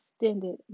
extended